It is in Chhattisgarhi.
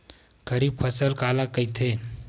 खरीफ फसल काला कहिथे?